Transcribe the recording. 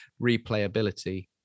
replayability